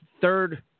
third